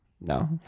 no